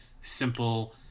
simple